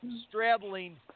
straddling